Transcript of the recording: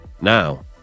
Now